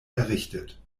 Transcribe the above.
errichtet